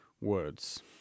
words